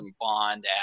bond